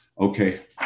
Okay